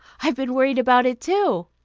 i've been worried about it, too.